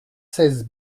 seize